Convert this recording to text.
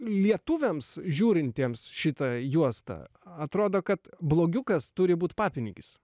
lietuviams žiūrintiems šitą juostą atrodo kad blogiukas turi būti papinigis